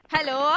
Hello